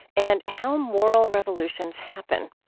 and how moral revolutions happen.